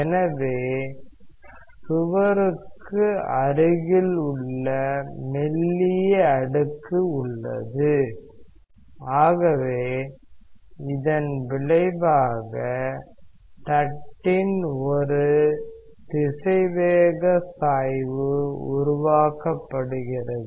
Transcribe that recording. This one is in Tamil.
எனவே சுவருக்கு அருகில் ஒரு மெல்லிய அடுக்கு உள்ளது ஆகவே இதன் விளைவாக தட்டின் ஒரு திசைவேக சாய்வு உருவாக்கப்படுகிறது